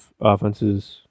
offenses